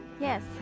yes